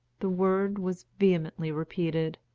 the word was vehemently repeated.